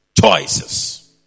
choices